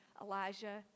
Elijah